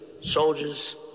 soldiers